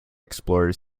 explorer